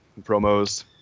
promos